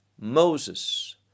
Moses